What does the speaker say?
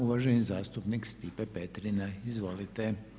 Uvaženi zastupnik Stipe Petrina, izvolite.